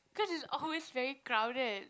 cause it's always very crowded